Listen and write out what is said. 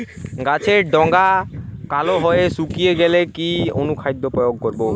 গাছের ডগা কালো হয়ে শুকিয়ে গেলে কি অনুখাদ্য প্রয়োগ করব?